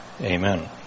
Amen